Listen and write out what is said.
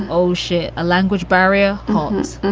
oh, shit. a language barrier.